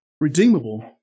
redeemable